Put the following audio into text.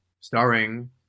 starring